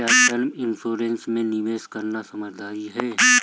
क्या term insurance में निवेश करना समझदारी है?